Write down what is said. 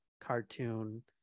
cartoon